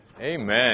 Amen